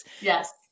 Yes